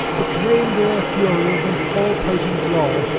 proclaimed their fury against all potent law,